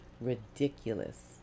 ridiculous